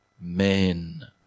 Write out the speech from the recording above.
men